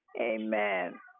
amen